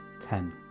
Ten